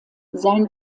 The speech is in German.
sein